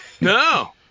No